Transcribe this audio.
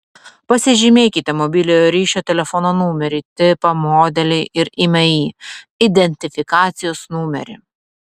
pasižymėkite mobiliojo ryšio telefono numerį tipą modelį ir imei identifikacijos numerį